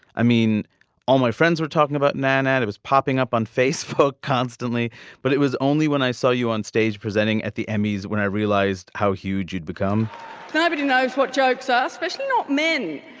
i mean all my friends were talking about nan and it was popping up on facebook constantly but it was only when i saw you on stage presenting at the emmys when i realised how huge you'd become nobody knows what jokes ah especially men.